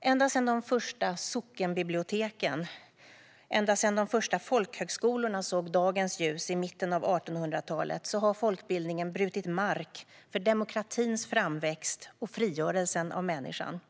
Ända sedan de första sockenbiblioteken och ända sedan de första folkhögskolorna såg dagens ljus i mitten av 1800-talet har folkbildningen brutit mark för demokratins framväxt och frigörelsen av människan.